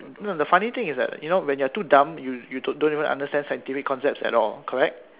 no the funny thing is that you know when you're too dumb you you don't even understand scientific concepts at all correct